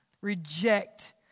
Reject